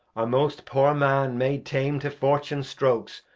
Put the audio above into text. a most poor man made tame to fortune's strokes,